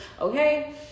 okay